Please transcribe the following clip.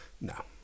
No